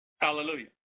Hallelujah